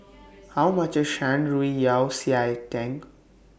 How much IS Shan Rui Yao Cai Tang